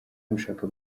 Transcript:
gushaka